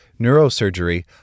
neurosurgery